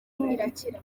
irakira